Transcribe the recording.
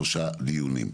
שלושה דיונים,